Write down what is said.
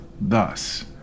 thus